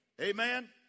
Amen